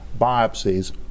biopsies